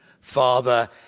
Father